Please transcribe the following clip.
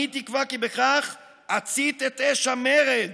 אני תקווה כי בכך אצית את אש המרד